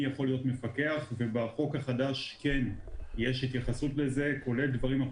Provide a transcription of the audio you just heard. יכול להיות מפקח ובחוק החדש יש התייחסות לזה כולל דברים.